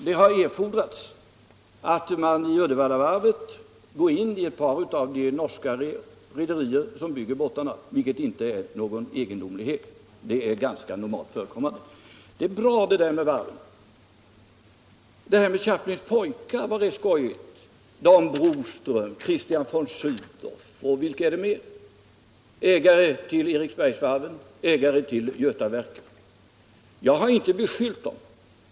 Det har erfordrats att man från Uddevallavarvet går in i ett par av de norska rederier som bygger båtarna, vilket inte är någon egendomlighet; det är ganska normalt förekommande. Det är bra, det där med varven. Detta med Chaplins pojke var rätt skojigt. När det gäller Dan Axel Broström, Kristian von Sydow, och vilka de nu är? — ägare till Eriksbergs varv, ägare till Götaverken — har jag inte skyllt på dem.